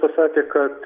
pasakė kad